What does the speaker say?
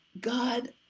God